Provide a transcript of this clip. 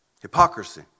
hypocrisy